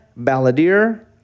Balladeer